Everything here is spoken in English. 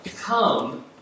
Come